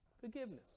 Forgiveness